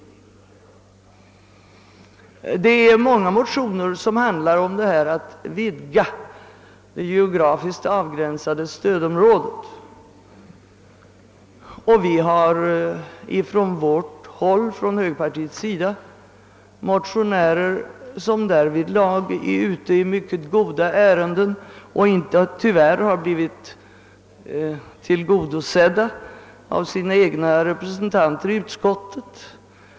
Det är många motioner som behandlar frågan om att vidga det geografiskt avgränsade stödområdet. Vi har från högerpartiets sida motionärer som därvidlag är ute i goda ärenden men tyvärr inte fått stöd av sina representanter i utskottet.